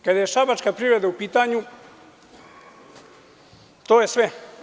Kada je šabačka privreda u pitanju, to je sve.